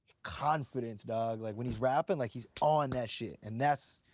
confidence, dawg. like, when he's rapping, like, he's on that shit. and that's.